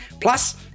Plus